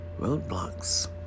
roadblocks